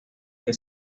que